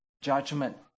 judgment